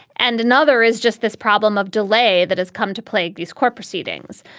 and another is just this problem of delay that has come to plague these court proceedings.